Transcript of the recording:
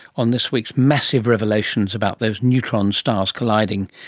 on this week's massive revelations about those neutron stars colliding.